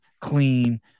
clean